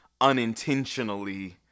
unintentionally